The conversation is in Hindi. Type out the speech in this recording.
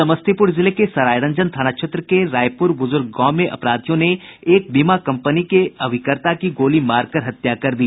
समस्तीपुर जिले के सरायरंजन थाना क्षेत्र के रायपुर बुजुर्ग गांव में अपराधियों ने एक बीमा कंपनी के अभिकर्ता की गोली मारकर हत्या कर दी